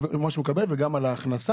מה שהוא מקבל וגם על ההכנסה,